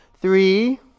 Three